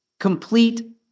complete